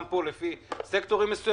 לפי סקטורים,